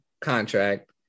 contract